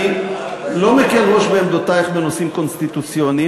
אני לא מקל ראש בעמדותייך בנושאים קונסטיטוציוניים,